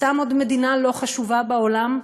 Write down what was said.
סתם עוד מדינה לא חשובה בעולם?